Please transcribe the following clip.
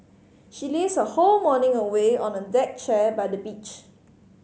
she lazed her whole morning away on a deck chair by the beach